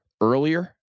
earlier